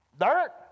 Dirt